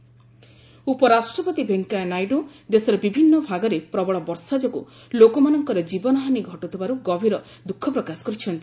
VP rain ଉପରାଷ୍ଟ୍ରପତି ଭେଙ୍କିୟାନାଇଡୁ ଦେଶର ବିଭିନ୍ନ ଭାଗରେ ପ୍ରବଳ ବର୍ଷା ଯୋଗୁଁ ଲୋକମାନଙ୍କର ଜୀବନ ହାନି ଘଟୁଥିବାରୁ ଗଭୀର ଦୁଃଖ ପ୍ରକାଶ କରିଛନ୍ତି